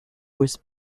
was